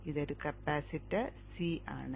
ഇതൊരു capacitor C ആണ്